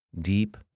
Deep